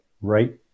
right